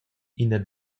ina